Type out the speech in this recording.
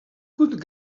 could